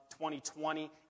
2020